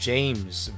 James